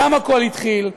שם הכול התחיל,